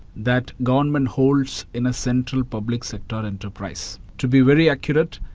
that government holds in a central public sector enterprise. to be very accurate,